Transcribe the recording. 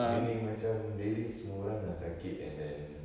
meaning macam really semua orang dah sakit and then